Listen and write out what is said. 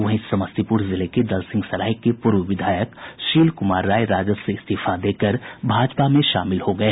वहीं समस्तीपुर जिले के दलसिंहसराय के पूर्व विधायक शील कुमार राय राजद से इस्तीफा देकर भाजपा में शामिल हो गये